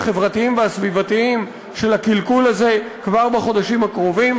החברתיים והסביבתיים של הקלקול הזה כבר בחודשים הקרובים,